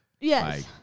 Yes